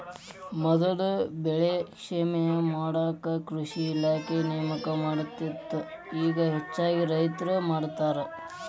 ಮೊದಲ ಬೆಳೆ ಸಮೇಕ್ಷೆ ಮಾಡಾಕ ಕೃಷಿ ಇಲಾಖೆ ನೇಮಕ ಮಾಡತ್ತಿತ್ತ ಇಗಾ ಹೆಚ್ಚಾಗಿ ರೈತ್ರ ಮಾಡತಾರ